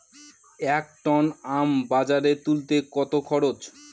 এক টন আম বাজারে তুলতে কত খরচ?